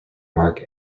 mark